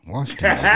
Washington